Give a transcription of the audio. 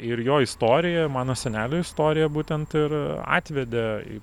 ir jo istorija mano senelio istorija būtent ir atvedė